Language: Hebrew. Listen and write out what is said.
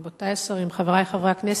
רבותי השרים, חברי חברי הכנסת,